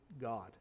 God